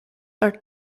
are